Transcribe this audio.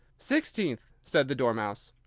sixteenth, said the dormouse.